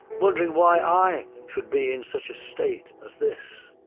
wondering why i should be in such a state as this,